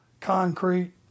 concrete